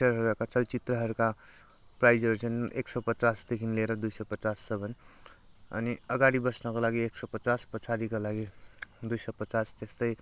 पिक्चरहरूका चलचित्रहरूका प्राइजहरू छन् एक सय पचासदेखिन् लिएर दुई सय पचाससम्म अनि अगाडि बस्नुको लागि एक सय पचास पछाडिको लागि दुई सय पचास त्यस्तै